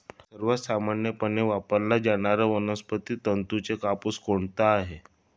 सर्वात सामान्यपणे वापरला जाणारा वनस्पती तंतूचा कापूस कोणता आहे?